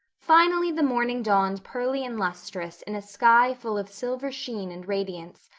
finally the morning dawned pearly and lustrous in a sky full of silver sheen and radiance,